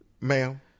Ma'am